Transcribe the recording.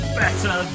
better